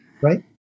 Right